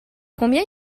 combien